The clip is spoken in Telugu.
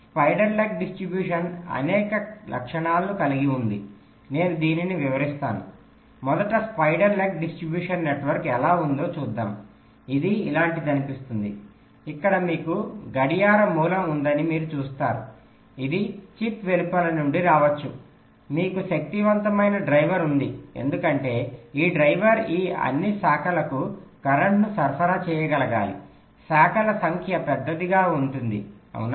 స్పైడర్ లెగ్ డిస్ట్రిబ్యూషన్ అనేక లక్షణాలను కలిగి ఉంది నేను దీనిని వివరిస్తాను మొదట స్పైడర్ లెగ్ డిస్ట్రిబ్యూషన్ నెట్వర్క్ ఎలా ఉందో చూద్దాం ఇది ఇలాంటిదనిపిస్తుంది ఇక్కడ మీకు గడియార మూలం ఉందని మీరు చూస్తారు ఇది చిప్ వెలుపల నుండి రావచ్చు మీకు శక్తివంతమైన డ్రైవర్ ఉంది ఎందుకంటే ఈ డ్రైవర్ ఈ అన్ని శాఖలకు కరెంట్ను సరఫరా చేయగలగాలి శాఖల సంఖ్య పెద్దదిగా ఉంటుంది ఆవునా